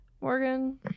Morgan